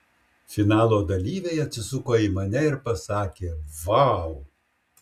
finalo dalyviai atsisuko į mane ir pasakė vau